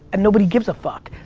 and nobody gives a fuck.